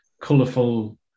colourful